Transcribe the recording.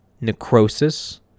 necrosis